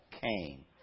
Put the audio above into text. came